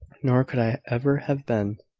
nor could i ever have been,